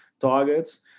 targets